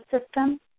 system